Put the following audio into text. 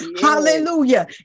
Hallelujah